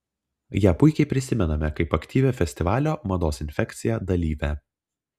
ją puikiai prisimename kaip aktyvią festivalio mados infekcija dalyvę